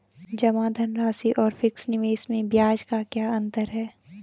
जमा धनराशि और फिक्स निवेश में ब्याज का क्या अंतर है?